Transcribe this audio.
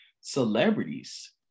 celebrities